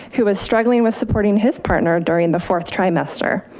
who was struggling with supporting his partner during the fourth trimester,